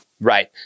Right